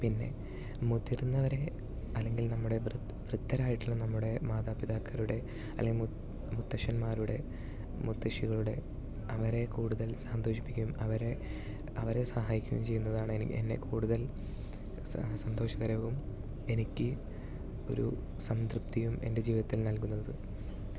പിന്നെ മുതിർന്നവരെ അല്ലെങ്കിൽ നമ്മുടെ വൃദ്ധ വൃദ്ധരായിട്ടുള്ള നമ്മുടെ മാതാപിതാക്കരുടെ അല്ലെങ്കിൽ മു മുത്തശ്ശന്മാരുടെ മുത്തശ്ശികളുടെ അവരെ കൂടുതൽ സന്തോഷിപ്പിക്കും അവരെ അവരെ സഹായിക്കുകയും ചെയ്യുന്നതാണ് എനിക്ക് എന്നെ കൂടുതൽ സ സന്തോഷകരവും എനിക്ക് ഒരു സംതൃപ്തിയും എൻ്റെ ജീവിതത്തിൽ നൽകുന്നത്